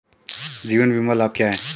जीवन बीमा लाभ क्या हैं?